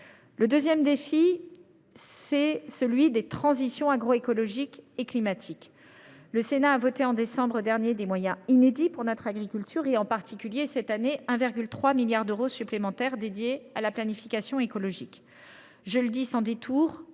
Le deuxième défi, c’est celui des transitions agroécologique et climatique. Le Sénat a voté en décembre dernier des moyens inédits pour notre agriculture ; en particulier, cette année, 1,3 milliard d’euros supplémentaires sont dédiés à la planification écologique. Je le dis sans détour